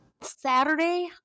Saturday